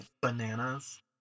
bananas